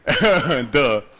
Duh